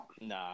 nah